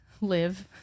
live